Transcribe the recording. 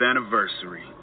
anniversary